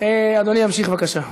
אדוני ימשיך בבקשה.